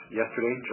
yesterday